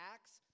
Acts